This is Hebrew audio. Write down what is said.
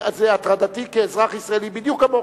זה הטרדתי כאזרח ישראלי, בדיוק כמוך.